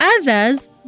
others